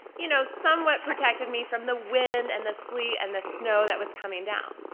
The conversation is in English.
you know, somewhat protected me from the wind and the sleet and the snow that was coming down.